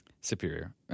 Superior